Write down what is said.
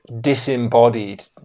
disembodied